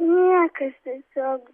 niekas tiesiog